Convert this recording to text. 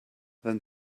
then